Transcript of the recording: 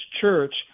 Church